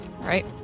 right